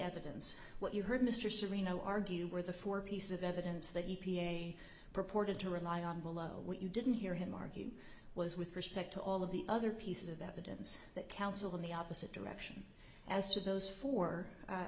evidence what you heard mr serino argue were the four pieces of evidence that u p a purported to rely on below what you didn't hear him argue was with respect to all of the other pieces of evidence that counsel in the opposite direction as to those four